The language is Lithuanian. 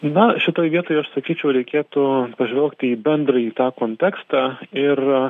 na šitoj vietoj aš sakyčiau reikėtų pažvelgti į bendrąjį tą kontekstą ir